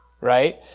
right